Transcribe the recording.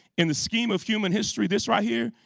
in the scheme of human history, this right here,